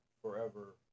forever